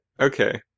Okay